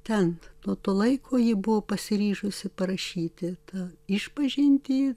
ten nuo to laiko ji buvo pasiryžusi parašyti tą išpažintį